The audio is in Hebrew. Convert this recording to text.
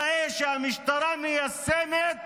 הוא מתגאה שהמשטרה מיישמת